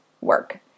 work